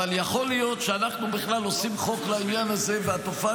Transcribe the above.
אבל יכול להיות שאנחנו בכלל עושים חוק לעניין הזה והתופעה